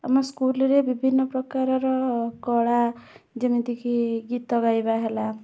ଆମ ସ୍କୁଲ୍ରେ ବିଭିନ୍ନ ପ୍ରକାରର କଳା ଯେମିତିକି ଗୀତ ଗାଇବା ହେଲା